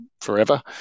forever